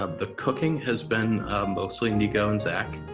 um the cooking has been mostly nico and zack.